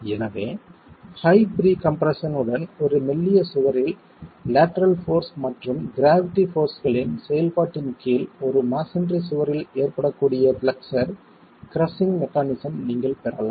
எனவே high pre compression உடன் ஒரு மெல்லிய சுவரில் லேட்டரல் போர்ஸ் மற்றும் க்ராவிட்டி போர்ஸ்களின் செயல்பாட்டின் கீழ் ஒரு மஸோன்றி சுவரில் ஏற்படக்கூடிய பிளக்ஸர் கிரஸ்ஸிங் மெக்கானிஸம் நீங்கள் பெறலாம்